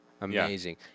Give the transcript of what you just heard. Amazing